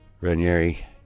Ranieri